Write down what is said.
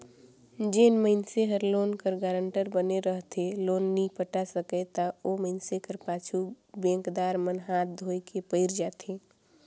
जेन मइनसे हर लोन कर गारंटर बने रहथे लोन नी पटा सकय ता ओ मइनसे कर पाछू बेंकदार मन हांथ धोए के पइर जाथें